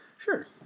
Sure